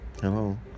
hello